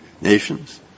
nations